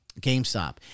GameStop